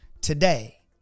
today